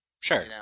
Sure